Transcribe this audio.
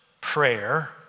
prayer